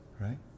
right